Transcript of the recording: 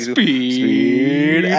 Speed